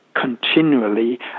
continually